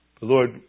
Lord